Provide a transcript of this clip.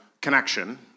connection